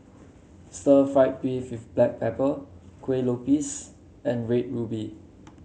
stir fry beef with Black Pepper Kuih Lopes and Red Ruby